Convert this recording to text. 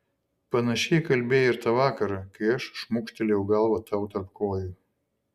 panašiai kalbėjai ir tą vakarą kai aš šmukštelėjau galvą tau tarp kojų